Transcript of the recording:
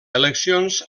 eleccions